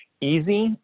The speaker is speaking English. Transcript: easy